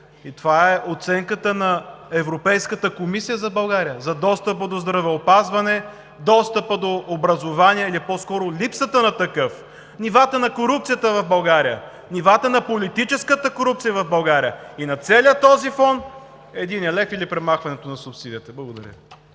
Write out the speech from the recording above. и това е оценката на Европейската комисия за България за достъпа до здравеопазване, достъпа до образование или по-скоро липсата на такъв, нивата на корупцията в България, нивата на политическата корупция в България, и на целия този фон – единият лев или премахването на субсидията. Благодаря.